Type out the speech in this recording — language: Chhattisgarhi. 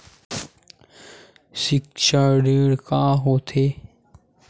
सिक्छा ऋण का होथे?